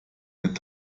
mit